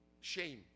shame